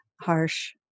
harsh